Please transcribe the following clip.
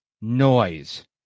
noise